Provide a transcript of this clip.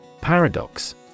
Paradox